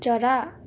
चरा